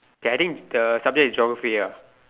K I think the subject is geography ah